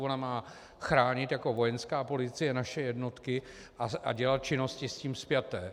Ona má chránit jako Vojenská policie naše jednotky a dělat činnosti s tím spjaté.